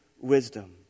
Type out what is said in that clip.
wisdom